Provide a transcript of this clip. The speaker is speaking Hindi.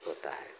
होता है